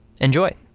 Enjoy